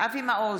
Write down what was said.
אבי מעוז,